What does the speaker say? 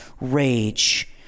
rage